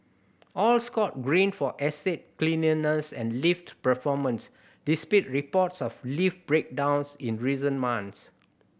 all scored Green for estate cleanliness and lift performance despite reports of lift breakdowns in recent months